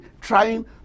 trying